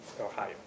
Ohio